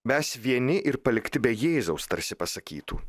mes vieni ir palikti be jėzaus tarsi pasakytų